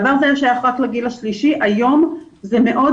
בעבר זה היה שייך רק לגיל השלישי, היום זה מאוד